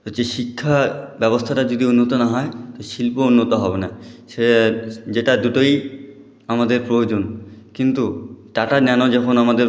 হচ্ছে শিক্ষাব্যবস্থাটা যদি উন্নত না হয় তো শিল্প উন্নত হবে না সে যেটা দুটোই আমাদের প্রয়োজন কিন্তু টাটা ন্যানো যখন আমাদের